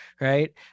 right